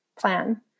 plan